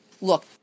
Look